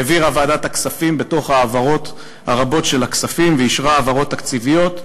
העבירה ועדת הכספים העברות רבות של כספים ואישרה העברות תקציביות.